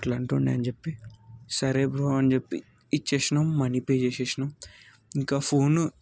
అట్లంటుండే అని చెప్పి సరే బ్రో అని చెప్పి ఇచ్చేసినం మనీ పే చేసేసినం ఇంకా ఫోను